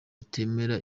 atemera